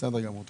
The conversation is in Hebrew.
בסדר גמור.